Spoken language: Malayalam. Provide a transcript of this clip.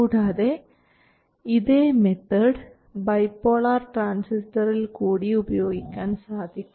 കൂടാതെ ഇതേ മെത്തേഡ് ബൈപോളാർ ട്രാൻസിസ്റ്ററിൽ കൂടി ഉപയോഗിക്കാൻ സാധിക്കും